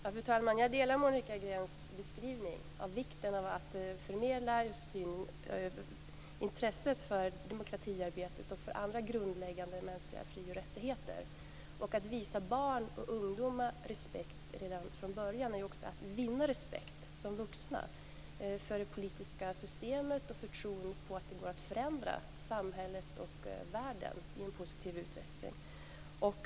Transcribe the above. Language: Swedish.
Fru talman! Jag delar Monica Greens uppfattning. Det är viktigt att förmedla intresset för demokratiarbetet och för andra grundläggande mänskliga fri och rättigheter. Att visa barn och ungdomar respekt redan från början är ju också att som vuxna vinna respekt för det politiska systemet och för tron på att det går att förändra samhället och världen i en positiv riktning.